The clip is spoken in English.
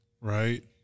right